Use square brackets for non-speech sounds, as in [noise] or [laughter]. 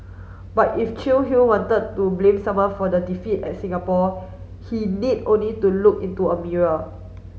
but if [unintelligible] wanted to blame someone for the defeat at Singapore he need only to look into a mirror